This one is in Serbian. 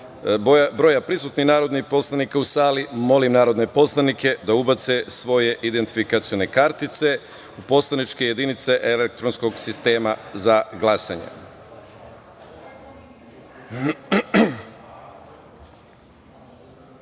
broja narodnih poslanika prisutnih u sali, molim narodne poslanike da ubace svoje identifikacione kartice u poslaničke jedinice elektronskog sistema za